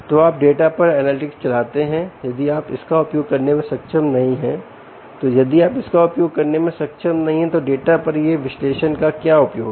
तोआप डाटा पर एनालिटिक्स चलाते हैंयदि आप इसका उपयोग करने में सक्षम नहीं हैं तो यदि आप इसका उपयोग करने में सक्षम नहीं हैं तो डाटा पर यह विश्लेषण का क्या उपयोग है